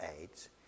AIDS